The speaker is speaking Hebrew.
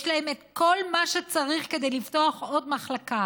יש להם את כל מה שצריך כדי לפתוח עוד מחלקה